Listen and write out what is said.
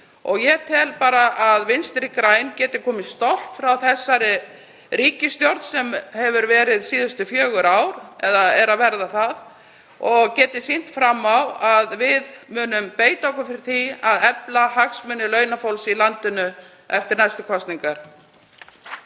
Ég tel að Vinstri græn geti gengið stolt frá þessari ríkisstjórn sem setið hefur síðustu fjögur ár, eða næstum því, og geti sýnt fram á að við munum beita okkur fyrir því að efla hagsmuni launafólks í landinu eftir næstu kosningar.